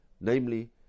namely